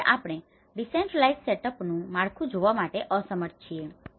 આ રીતે આપણે ડિસેન્ટ્રલાઇઝ્ડ સેટઅપનું decentralized setup વિકેન્દ્રિય સેટઅપ માળખું જોવા માટે અસમર્થ છીએ